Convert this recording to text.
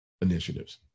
initiatives